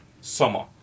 summer